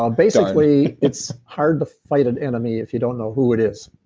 um basically it's hard to fight an enemy if you don't know who it is.